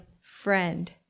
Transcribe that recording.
friend